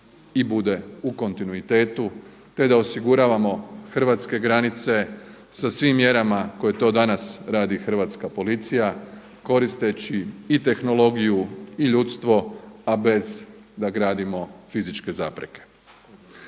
i bude u kontinuitetu, te da osiguravamo hrvatske granice sa svim mjerama koje to danas radi hrvatska policija koristeći i tehnologiju i ljudstvo, a bez da gradimo fizičke zapreke.